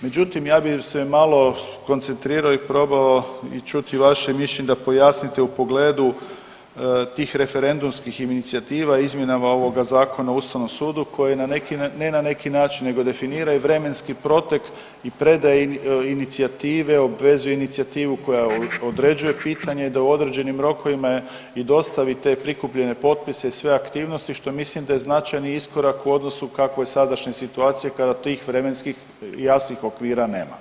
Međutim, ja bi se malo skoncentrirao i probao i čuti vaše mišljenje da pojasnite u pogledu tih referendumskih inicijativa izmjenama ovog Zakona o Ustavnom sudu koje na neki način, ne na neki način nego definiraju vremenski protek i predaje inicijative obvezuje inicijativu koja određuje pitanje da u određenim rokovima je i dostavi te prikupljene potpise i sve aktivnosti što mislim da je značajni iskorak u odnosu kakvo je sadašnja situacija kada tih vremenskih jasnih okvira nema.